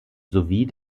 sowie